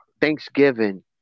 Thanksgiving